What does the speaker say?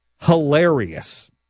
hilarious